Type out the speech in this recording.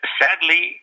sadly